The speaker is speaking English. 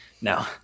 No